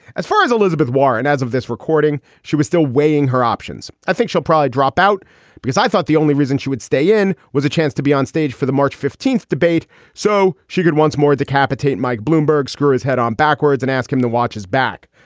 as far as elizabeth warren as of this recording, she was still weighing her options. i think she'll probably drop out because i thought the only reason she would stay in was a chance to be onstage for the march fifteenth debate so she could once more decapitate mike bloomberg, screw his head on backwards and ask him to watch his back.